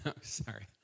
Sorry